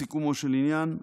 בסיכומו של עניין,